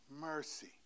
mercy